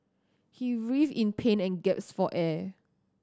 he with in pain and gasped for air